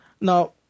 Now